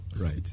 Right